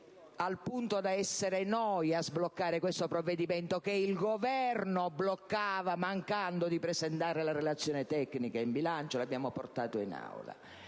al punto da essere noi a sbloccare questo provvedimento (che il Governo bloccava mancando di presentare la relazione tecnica in Commissione bilancio): noi l'abbiamo portato in Aula.